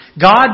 God